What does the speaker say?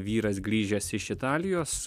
vyras grįžęs iš italijos